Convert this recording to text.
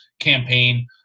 campaign